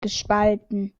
gespalten